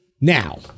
Now